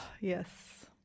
Yes